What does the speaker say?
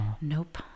Nope